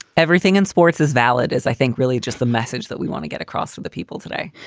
everything in sports is valid is, i think, really just the message that we want to get across to the people today.